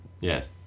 Yes